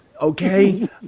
okay